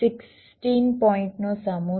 16 પોઈન્ટનો સમૂહ છે